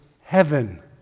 heaven